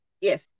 Yes